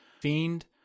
fiend